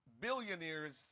billionaires